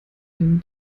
den